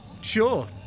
Sure